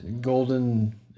Golden